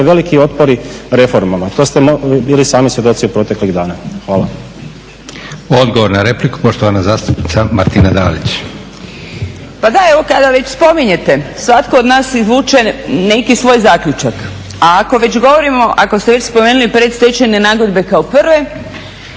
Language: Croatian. veliki otpori reformama, to ste bili sami svjedoci u proteklih dana. Hvala. **Leko, Josip (SDP)** Odgovor na repliku poštovana zastupnica Martina Dalić. **Dalić, Martina (HDZ)** Pa da evo kada već spominjete svatko od nas izvuče neki svoj zaključak. A ako već govorimo, ako ste već spomenuli predstečajne nagodbe kao prve